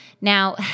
Now